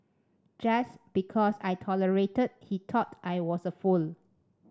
just because I tolerated he thought I was a fool